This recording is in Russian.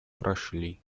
прошли